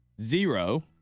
Zero